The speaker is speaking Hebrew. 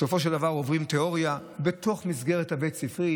בסופו של דבר עוברים תיאוריה בתוך המסגרת הבית-ספרית.